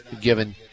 given